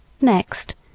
Next